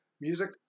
Music